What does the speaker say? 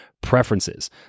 preferences